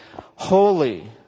holy